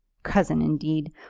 cousin indeed!